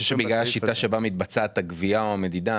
שבגלל השיטה שבה מתבצעת הגבייה או המדידה,